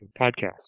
podcast